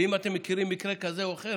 אם אתם מכירים מקרה כזה או אחר,